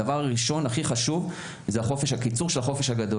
הדבר הראשון הכי חשוב - זה הקיצור של החופש הגדול,